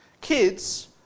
kids